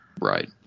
Right